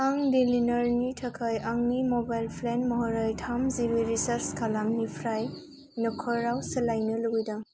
आं डेलिनरनि थाखाय आंनि मबाइल प्लेन महरै थाम जिबि रिचार्ज खालामनिफ्राय न'खरआव सोलायनो लुगैदों